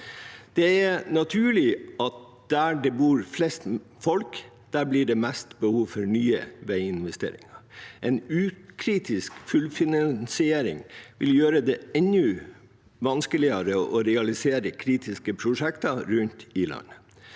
Det er naturlig at der det bor flest folk, blir det mest behov for nye veiinvesteringer. En ukritisk fullfinansiering vil gjøre det enda vanskeligere å realisere kritiske prosjekter rundt i landet,